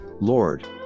Lord